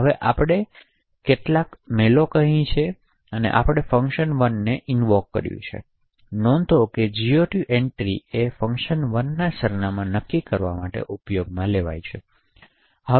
હવે આપણે શું કેટલાક malloc છે આપણે અહીં fun1 ને ઇનવોક કર્યું તેથી નોંધ લો કે GOT એન્ટ્રી એ fun1 ના સરનામાં નક્કી કરવા માટે ઉપયોગ થાય છે